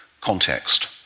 context